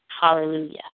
Hallelujah